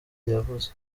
yavuze